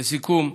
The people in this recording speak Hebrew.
לסיכום,